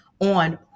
on